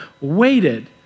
waited